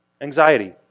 Anxiety